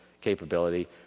capability